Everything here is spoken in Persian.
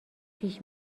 پیش